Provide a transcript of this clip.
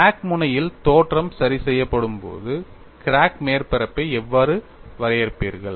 crack முனையில் தோற்றம் சரி செய்யப்படும்போது கிராக் மேற்பரப்பை எவ்வாறு வரையறுப்பீர்கள்